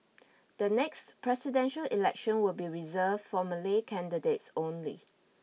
the next presidential election will be reserved for Malay candidates only